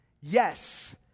yes